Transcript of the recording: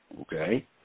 okay